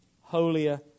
holier